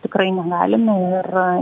tikrai negalim ir